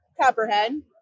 Copperhead